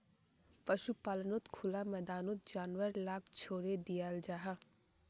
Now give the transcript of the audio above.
पशुपाल्नोत खुला मैदानोत जानवर लाक छोड़े दियाल जाहा